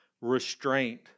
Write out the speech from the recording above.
restraint